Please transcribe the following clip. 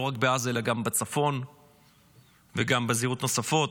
לא רק בעזה אלא גם בצפון וגם בזירות נוספות,